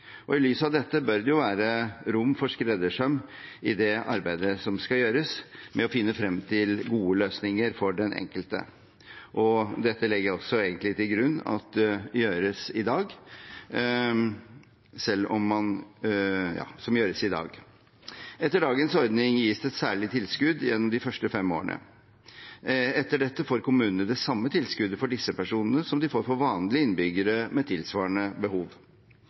I lys av dette bør det være rom for skreddersøm i det arbeidet som skal gjøres med å finne frem til gode løsninger for den enkelte. Dette legger jeg til grunn gjøres i dag. Etter dagens ordning gis det særlig tilskudd gjennom de første fem årene. Etter dette får kommunene det samme tilskuddet for disse personene som de får for vanlige innbyggere med tilsvarende behov.